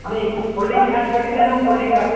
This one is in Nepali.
अनि फोल्डिङ खाट छ कि छैन हौ फोल्डिङ खाट